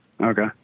Okay